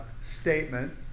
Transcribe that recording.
statement